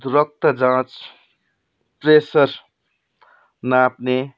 रक्त जाँच प्रेसर नाप्ने